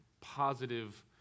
positive